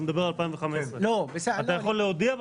הוא מדבר על 2015. אתה יכול להודיע,